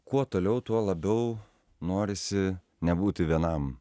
kuo toliau tuo labiau norisi nebūti vienam